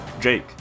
Jake